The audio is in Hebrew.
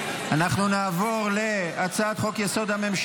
לא עברה בקריאה הטרומית, ולכן עניינה לא מקודם.